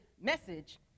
message